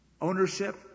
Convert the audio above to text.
ownership